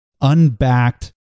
unbacked